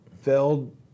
Feld